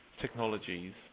technologies